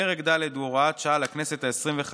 פרק ד' הוא הוראת שעה לכנסת העשרים-וחמש.